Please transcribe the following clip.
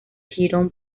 jirón